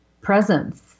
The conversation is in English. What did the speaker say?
presence